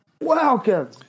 welcome